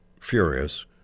furious